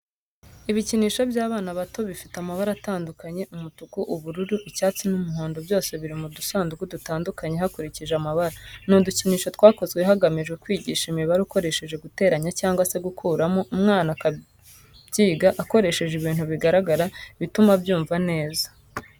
Ibikinisho by'abana bato bifite amabara atandukanye umutuku, ubururu, icyatsi n'umuhondo byose biri mu dusanduku dutandukanye hakurikije amabara. Ni udukinisho twakozwe hagamijwe kwigisha imibare ukoresheje guteranya cyangwa se gukuramo umwana akabyiga akoresheje ibintu bigaragara bituma abyumva neza.